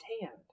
hand